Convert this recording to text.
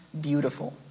beautiful